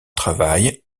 travail